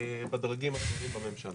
בדרגים הגבוהים בממשלה.